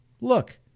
look